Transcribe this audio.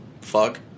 fuck